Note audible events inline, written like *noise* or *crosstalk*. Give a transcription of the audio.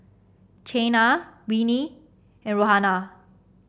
Chynna Winnie and *unintelligible*